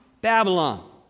Babylon